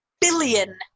billion